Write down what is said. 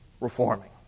reforming